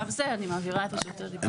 בשלב זה אני מעבירה את רשות הדיבור.